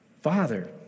Father